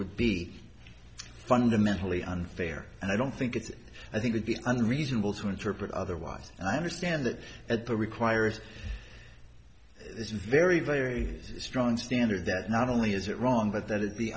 would be fundamentally unfair and i don't think it's i think it is unreasonable to interpret otherwise and i understand that at the requires it's very very strong standard that not only is it wrong but that